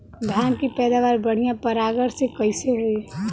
धान की पैदावार बढ़िया परागण से कईसे होई?